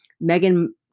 Megan